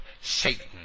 Satan